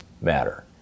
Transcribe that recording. matter